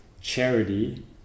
charity